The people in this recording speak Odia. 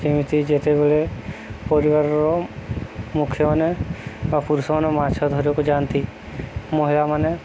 ଯେମିତି ଯେତେବେଳେ ପରିବାରର ମୁଖ୍ୟମାନେ ବା ପୁରୁଷମାନେ ମାଛ ଧରିବାକୁ ଯାଆନ୍ତି ମହିଳାମାନେ